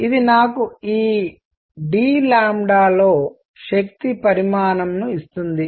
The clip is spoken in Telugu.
ఇది నాకు ఈ d లో శక్తి పరిమాణమును ఇస్తుంది